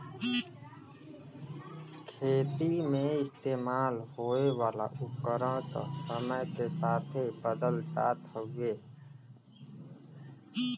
खेती मे इस्तेमाल होए वाला उपकरण त समय के साथे बदलत जात हउवे